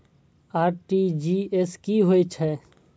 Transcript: RTGS की होय छै